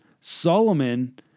Solomon